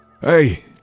Hey